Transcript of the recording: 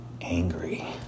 angry